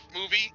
movie